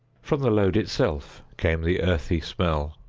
from the load itself came the earthly smell.